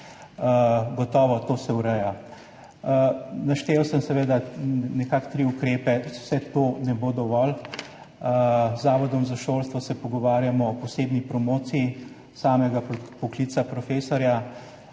gotovo ureja. Naštel sem tri ukrepe. Vse to ne bo dovolj. Z Zavodom za šolstvo se pogovarjamo o posebni promociji poklica profesorja.